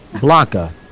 Blanca